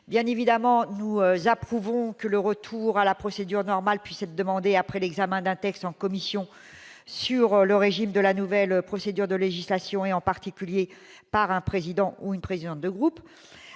bien évidemment, nous approuvons que le retour à la procédure normale puisse être demandé après l'examen d'un texte en commission sur le régime de la nouvelle procédure de législation et en particulier par un président ou une présidente de groupe,